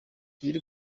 ibiri